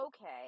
okay